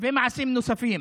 ומעשים נוספים.